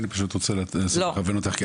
אני פשוט רוצה לכוון אותך.